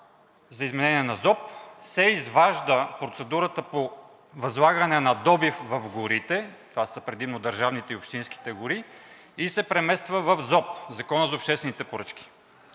за изменение на ЗОП се изважда процедурата по възлагане на добив в горите, това са предимно държавните и общинските гори, и се премества в ЗОП – Закона за обществените поръчки,